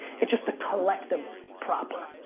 it's the collective proper.